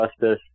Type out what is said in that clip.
justice